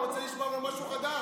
לא, דיברו על זה מהתחלה.